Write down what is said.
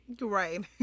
Right